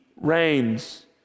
reigns